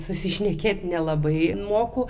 susišnekėti nelabai moku